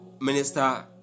Minister